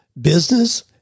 business